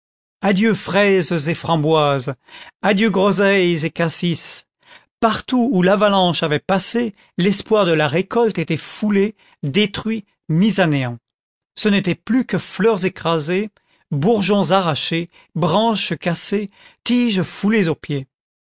adieu fraises et framboises adieu gro seilles et cassis partout où l'avalanche avait passé l'espoir de la récolte était foulé détruit mis à néant ce n'était plus que fleurs écrasées bourgeons arrachés branches cassées tiges foulées aux pieds